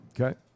Okay